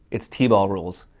it's tee-ball rules.